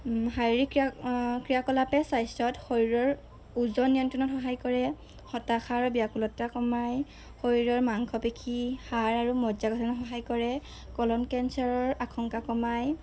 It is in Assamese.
শাৰীৰিক ক্ৰিয়া ক্ৰিয়াকলাপে স্বাস্থ্যত শৰীৰৰ ওজন নিয়ন্ত্ৰণত সহায় কৰে হতাশাৰ ব্যাকুলতা কমায় শৰীৰৰ মাংসপেশী হাড় আৰু মজ্জা গঠনত সহায় কৰে ক'লন কেঞ্চাৰৰ আশংকা কমায়